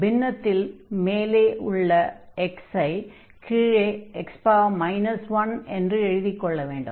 பின்னத்தில் மேல் உள்ள x ஐ கீழே x 1 என்று எழுதிக் கொள்ள வேண்டும்